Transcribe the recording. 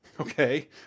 Okay